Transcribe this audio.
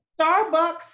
Starbucks